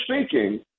speaking